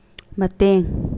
ꯃꯇꯦꯡ